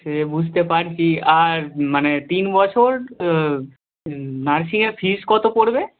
সে বুঝতে পারছি আর মানে তিন বছর নার্সিঙে ফিজ কত পড়বে